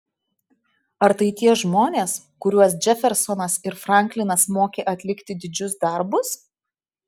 ar tai tie žmonės kuriuos džefersonas ir franklinas mokė atlikti didžius darbus